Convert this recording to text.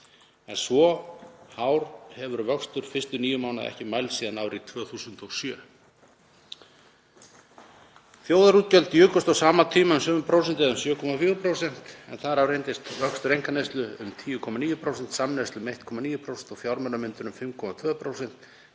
Svo hár hefur vöxtur fyrstu níu mánaða ekki mælst síðan árið 2007. Þjóðarútgjöld jukust á sama tíma um sömu prósentu, eða um 7,4%. Þar af reyndist vöxtur einkaneyslu um 10,9%, samneyslu um 1,9% og fjármunamyndun um 5,2%.